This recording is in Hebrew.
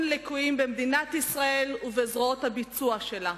ליקויים במדינת ישראל ובזרועות הביצוע שלה,